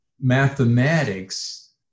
mathematics